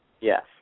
Yes